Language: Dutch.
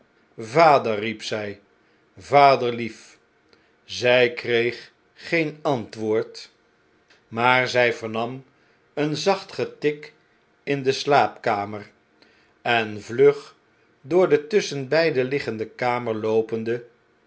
vader riep zjj va'derliet zg kreeg geen antwoord maar zg vernam een zacht getik in de slaapkamer en vlug door de tusschen beide liggende kamer loopende